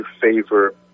favor